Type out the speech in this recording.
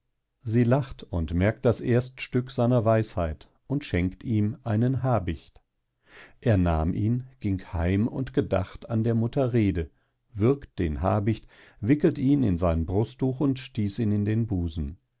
sie lacht und merkt das erst stück seiner weisheit und schenkt ihm ein habicht er nahm ihn ging heim und gedacht an der mutter rede würgt den habicht wickelt ihn in sein brusttuch und stieß ihn in den busen